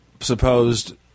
supposed